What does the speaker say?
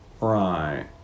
Right